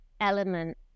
element